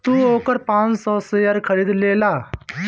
तू ओकर पाँच सौ शेयर खरीद लेला